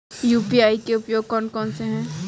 UPI के उपयोग कौन कौन से हैं?